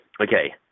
okay